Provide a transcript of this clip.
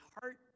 heart